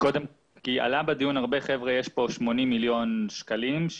עלה בדיון שיש 80 מיליון שקלים,